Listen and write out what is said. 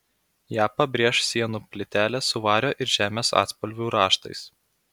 ją pabrėš sienų plytelės su vario ir žemės atspalvių raštais